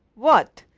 what?